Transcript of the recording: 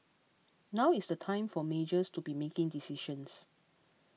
now is the time for majors to be making decisions